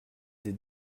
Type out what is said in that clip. des